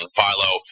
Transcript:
Philo